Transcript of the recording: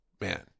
man